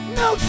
no